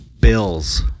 bills